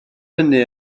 hynny